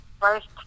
first